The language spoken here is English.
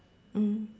mm